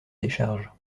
décharge